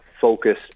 Focus